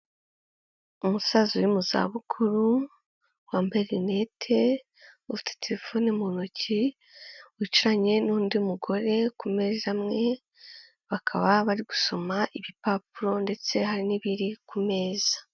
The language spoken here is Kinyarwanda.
Umusaza uri mu zabukuru, wambaye rinete, ufite telefoni mu ntoki wicaranye n'undi mugore ku meza amwe, bakaba bari gusoma ibipapuro ndetse hari n'ibiri ku meza.